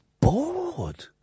Bored